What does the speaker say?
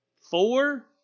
four